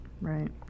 right